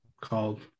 called